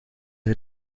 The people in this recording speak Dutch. hij